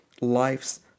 life's